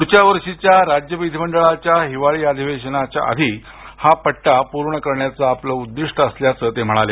पुढच्या वर्षीच्या राज्य मंत्रीमंडळाच्या हिवाळी अधिवेशनाच्या आधी हा पट्टा पूर्ण करण्याचं आपलं उदिष्ट असल्याचं ते म्हणाले